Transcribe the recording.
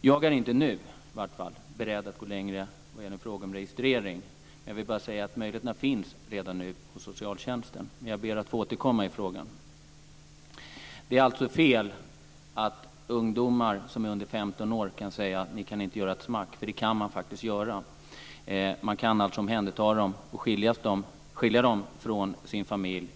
Jag är, i varje fall inte nu, beredd att gå längre när det gäller en registrering. Jag vill alltså bara säga att möjligheterna redan nu finns på socialtjänsten, men jag ber att få återkomma i frågan. Det är alltså fel att påstå att ungdomar som är under 15 år kan säga: Ni kan inte göra ett smack! Det kan man faktiskt. Man kan alltså omhänderta dem och skilja dem från deras hem och familj.